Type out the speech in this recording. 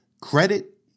credit